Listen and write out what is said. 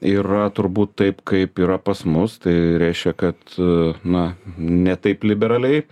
yra turbūt taip kaip yra pas mus tai reiškia kad na ne taip liberaliai